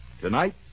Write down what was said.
Tonight